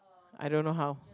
I don't know how